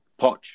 Poch